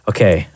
Okay